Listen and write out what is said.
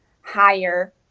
higher